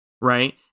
right